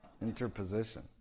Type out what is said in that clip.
Interposition